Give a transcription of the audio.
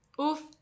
Oof